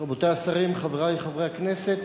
רבותי השרים, חברי חברי הכנסת,